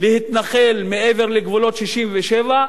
להתנחל מעבר לגבולות 67',